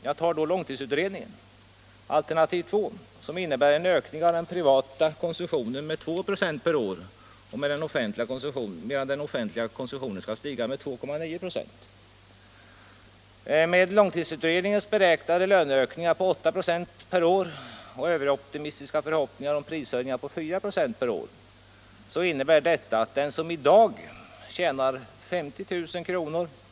Jag tar då långtidsutredningens alternativ 2 som innebär en ökning av den privata konsumtionen med 2 96 per år medan den offentliga konsumtionen skall stiga med 2,9 26. Med långtidsutredningens beräknade löneökningar på 8 26 per år och överoptimistiska förhoppningar om prishöjningar på 4 96 per år innebär detta att den som i dag tjänar 50 000 kr.